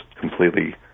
completely